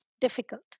difficult